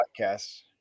podcasts